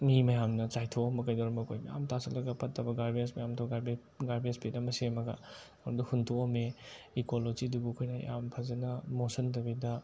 ꯃꯤ ꯃꯌꯥꯝꯅ ꯆꯥꯏꯊꯣꯛꯑꯝꯕ ꯀꯩꯗꯧꯔꯝꯕ ꯑꯩꯈꯣꯏ ꯃꯌꯥꯝ ꯇꯥꯁꯤꯜꯂꯒ ꯐꯠꯇꯕ ꯒꯥꯔꯕꯦꯖ ꯃꯌꯥꯝꯗꯨ ꯒꯥꯔꯕꯦꯖ ꯄꯤꯠ ꯑꯃ ꯁꯦꯝꯃꯒ ꯑꯗꯨꯗ ꯍꯨꯟꯇꯣꯛꯑꯝꯃꯦ ꯏꯀꯣꯂꯣꯖꯤꯗꯨꯕꯨ ꯑꯩꯈꯣꯏꯅ ꯌꯥꯝ ꯐꯖꯅ ꯃꯣꯠꯁꯤꯟꯗꯕꯤꯗ